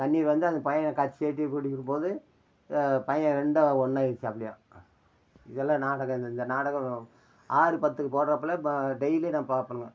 கண்ணீர் வந்து அந்த பையன் கடைசி வெட்டி போது பையன் ரெண்டும் ஒன்னாக ஆயிடுச்சாம் அப்படியாம் இதெல்லாம் நாடகம் இந்த இந்த நாடகம் ஆறு பத்துக்கு போடுறாப்புல இப்போ டெய்லி நான் பாப்பேனுங்க